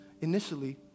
initially